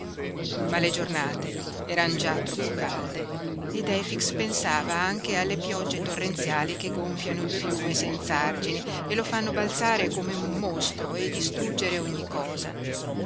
ma le giornate eran già troppo calde ed efix pensava anche alle piogge torrenziali che gonfiano il fiume senz'argini e lo fanno balzare come un mostro e distruggere ogni cosa